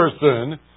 person